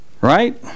Right